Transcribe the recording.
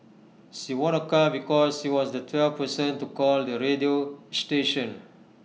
she won A car because she was the twelfth person to call the radio station